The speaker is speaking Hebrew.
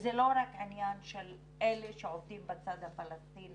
וזה לא רק עניין של אלה שעובדים בצד הפלסטיני